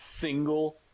single